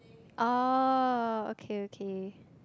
oh okay okay